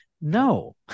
No